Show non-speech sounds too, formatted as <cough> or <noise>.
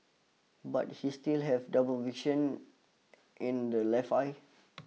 but he still have double vision in the left eye <noise>